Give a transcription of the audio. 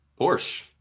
Porsche